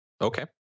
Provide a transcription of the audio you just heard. Okay